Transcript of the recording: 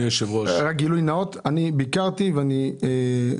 רק גילוי נאות, כחלק